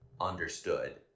understood